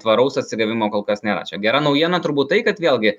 tvaraus atsigavimo kol kas nėra čia gera naujiena turbūt tai kad vėlgi